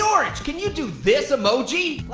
orange, can you do this emoji?